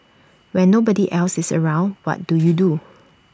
when nobody else is around what do you do